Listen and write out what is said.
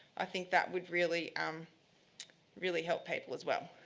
i think that would really um really help people as well.